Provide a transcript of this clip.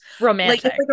romantic